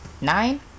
Nine